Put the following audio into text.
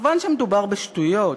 מובן שמדובר בשטויות,